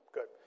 Good